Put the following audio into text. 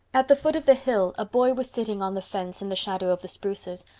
at the foot of the hill a boy was sitting on the fence in the shadow of the spruces.